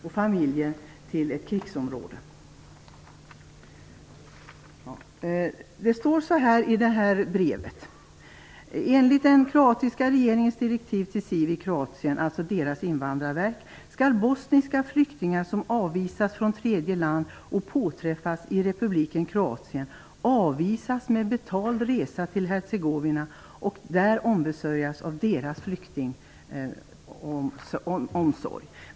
Familjen riskerar att skickas till ett krigsområde. Det står så här i brevet: Enligt den kroatiska regeringens direktiv till SIV i Kroatien - alltså deras invandrarverk - skall bosniska flyktingar som avvisas från tredje land och påträffas i republiken Kroatien avvisas med betald resa till Hercegovina och där ombesörjas av deras flyktingomsorg.